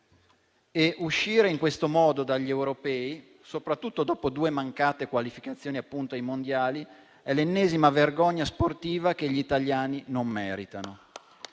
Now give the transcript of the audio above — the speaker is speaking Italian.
e uscire in quel modo dagli Europei, soprattutto dopo due mancate qualificazioni ai Mondiali, è l'ennesima vergogna sportiva che gli italiani non meritano.